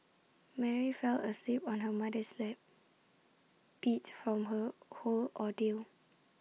Mary fell asleep on her mother's lap beat from her whole ordeal